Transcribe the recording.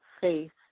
faith